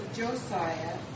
Josiah